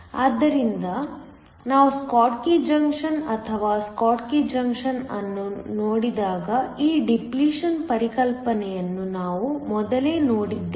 ಆದ್ದರಿಂದ ನಾವು ಸ್ಕಾಟ್ಕಿ ಡಯೋಡ್ಅಥವಾ ಸ್ಕಾಟ್ಕಿ ಜಂಕ್ಷನ್ ಅನ್ನು ನೋಡಿದಾಗ ಈ ಡಿಪ್ಲೀಷನ್ ಪರಿಕಲ್ಪನೆಯನ್ನು ನಾವು ಮೊದಲೇ ನೋಡಿದ್ದೇವೆ